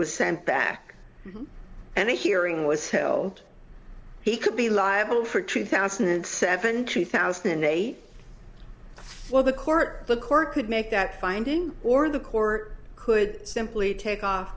was sent back and the hearing was held he could be liable for two thousand and seven two thousand and eight well the court the court could make that finding or the court could simply take off